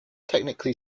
technically